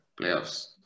playoffs